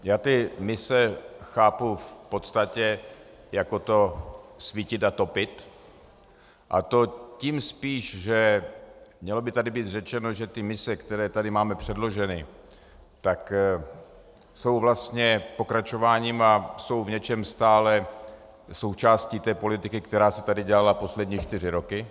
Já ty mise chápu v podstatě jako to svítit a topit, a to tím spíš, že mělo by tady být řečeno, že ty mise, které tady máme předloženy, jsou vlastně pokračováním a jsou v něčem stále součástí té politiky, která se tady dělala poslední čtyři roky.